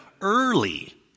early